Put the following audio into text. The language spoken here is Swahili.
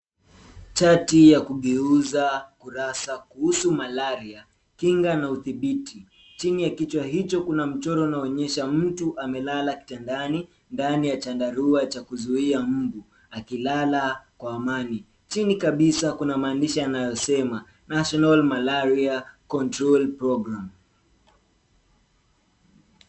Chati ya kugeuza kurasa kuhusu malaria, kinga na udhibiti. Chini ya kichwa hicho kuna mchoro unao onyesha mtu amelala kitandani ndani ya chandarua cha kuzuia mbu akilala kwa amani. Chini kabisa kuna maandishi yanayo sema National Malaria Control Program.